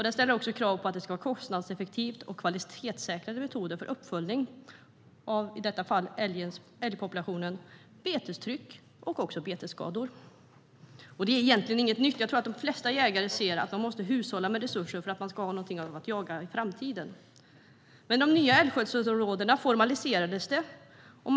Den ställer också krav på kostnadseffektiva och kvalitetssäkrade metoder för uppföljning av i detta fall älgpopulation, betestryck och även betesskador. Egentligen är det inget nytt; jag tror att de flesta jägare ser att man måste hushålla med resurser för att man ska ha något att jaga i framtiden. Men i de nya älgskötselområdena formaliserades det här.